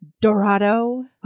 Dorado